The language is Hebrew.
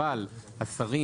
אבל השרים,